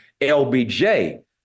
LBJ